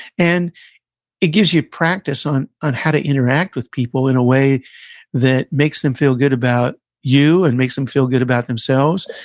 and it gives you practice on on how to interact with people in a way that makes them feel good about you, and makes them feel good about themselves,